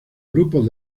grupos